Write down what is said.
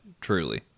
truly